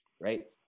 right